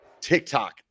TikTok